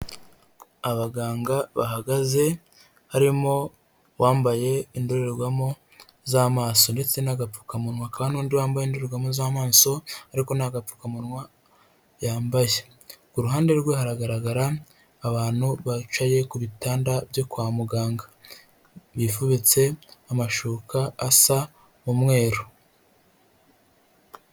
Abaganga bahagaze harimo wambaye indorerwamo z'amaso ndetse n'agapfukamunwa hakaba n'undi wambaye indogamo z'amaso ariko nta gapfukamunwa yambaye, kukuruhande rwe haragaragara abantu bicaye ku bitanda byo kwa muganga bifubitse amashuka asa umweru.